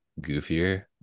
goofier